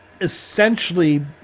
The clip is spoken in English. essentially